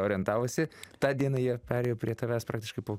orientavosi tą dieną jie perėjo prie tavęs praktiškai po